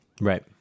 Right